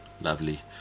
Lovely